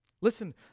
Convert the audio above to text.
Listen